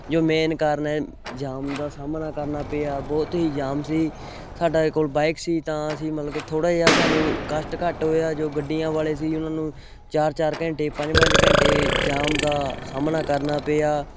ਜੋ ਮੇਨ ਕਾਰਨ ਹੈ ਜਾਮ ਦਾ ਸਾਹਮਣਾ ਕਰਨਾ ਪਿਆ ਬਹੁਤ ਹੀ ਜਾਮ ਸੀ ਸਾਡਾ ਕੋਲ ਬਾਇਕ ਸੀ ਤਾਂ ਅਸੀਂ ਮਤਲਬ ਕਿ ਥੋੜ੍ਹਾ ਜਿਹਾ ਸਾਨੂੰ ਕਸ਼ਟ ਘੱਟ ਹੋਇਆ ਜੋ ਗੱਡੀਆਂ ਵਾਲੇ ਸੀ ਉਹਨਾਂ ਨੂੰ ਚਾਰ ਚਾਰ ਘੰਟੇ ਪੰਜ ਪੰਜ ਘੰਟੇ ਜਾਮ ਦਾ ਸਾਹਮਣਾ ਕਰਨਾ ਪਿਆ